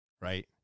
right